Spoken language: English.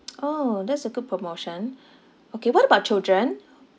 orh that's a good promotion okay what about children